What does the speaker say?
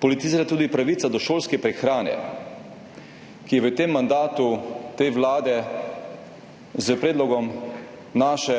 Politizira se tudi pravica do šolske prehrane, ki je bila v mandatu te vlade s predlogom naše